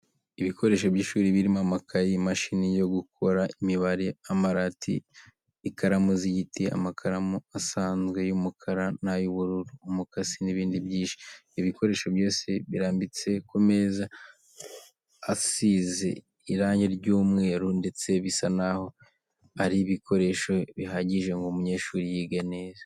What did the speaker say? Ibikoresho by'ishuri birimo amakayi, imashini yo gukora imibare, amarati, ikaramu z'igiti, amakaramu asanzwe y'umukara n'ay'ubururu, umukasi n'ibindi byinshi. Ibi bikoresho byose birambitse ku meza asize irange ry'umweru ndetse bisa n'aho ari ibikoresho bihagije ngo umunyeshuri yige neza.